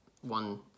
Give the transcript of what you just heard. one